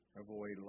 Avoid